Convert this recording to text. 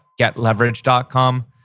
getleverage.com